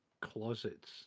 closets